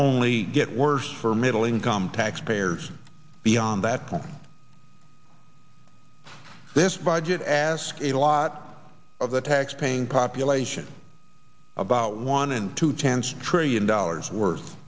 only get worse for middle income taxpayers beyond that this budget ask a lot of the taxpaying population about one in two chance trillion dollars worth